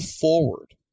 forward